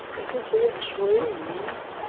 it'll be a squeeze,